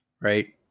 right